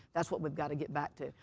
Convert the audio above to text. that's what we've got to get back to.